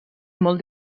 molt